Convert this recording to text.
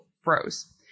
froze